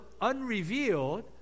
unrevealed